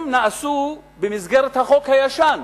הדברים נעשו במסגרת החוק הישן,